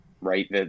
right